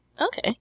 Okay